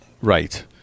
Right